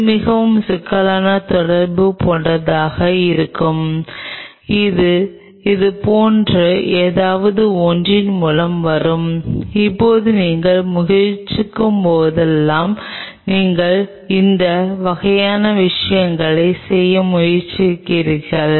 இது மிகவும் சிக்கலான தொடர்பு போன்றதாக இருக்கும் இது இதுபோன்ற ஏதாவது ஒன்றின் மூலம் வரும் இப்போது நீங்கள் முயற்சிக்கும்போதெல்லாம் நீங்கள் இந்த வகையான விஷயங்களைச் செய்ய முயற்சிக்கிறீர்கள்